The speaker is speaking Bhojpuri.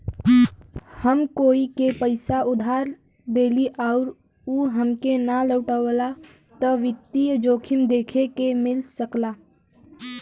हम कोई के पइसा उधार देली आउर उ हमके ना लउटावला त वित्तीय जोखिम देखे के मिल सकला